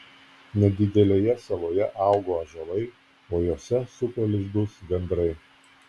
nedidelėje saloje augo ąžuolai o juose suko lizdus gandrai